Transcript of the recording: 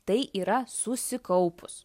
tai yra susikaupus